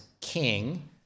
king